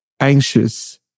anxious